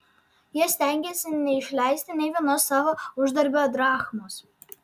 jie stengėsi neišleisti nė vienos savo uždarbio drachmos